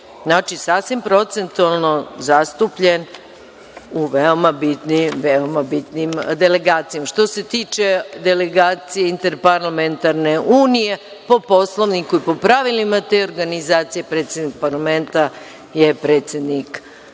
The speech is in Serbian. Znači, sasvim procentualno zastupljen u veoma bitnim delegacijama. Što se tiče delegacije Interparlamentarne unije po Poslovniku i po pravilima te organizacije predsednik parlamenta je i predsedik te